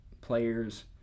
players